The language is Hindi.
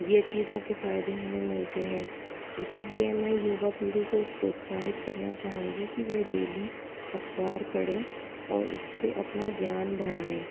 यह चीज़ों के फ़ायदे हमें मिलते हैं इसीलिए मैं युवा पीढ़ी को प्रोत्साहित करना चाहूँगी कि वह डेली अखबार पढ़ें और उससे अपना ज्ञान बढ़ाएँ